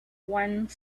one